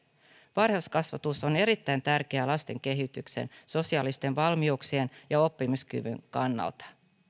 varhaiskasvatus on erittäin tärkeää lasten kehityksen sosiaalisten valmiuksien ja ja oppimiskyvyn kannalta